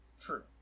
True